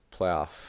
playoff